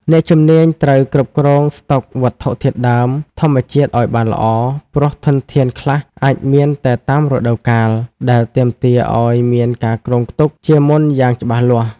អ្នកជំនាញត្រូវគ្រប់គ្រងស្តុកវត្ថុធាតុដើមធម្មជាតិឱ្យបានល្អ ព្រោះធនធានខ្លះអាចមានតែតាមរដូវកាល ដែលទាមទារឱ្យមានការគ្រោងទុកជាមុនយ៉ាងច្បាស់លាស់។